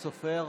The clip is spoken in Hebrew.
סופר.